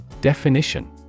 Definition